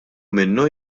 minnu